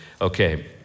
Okay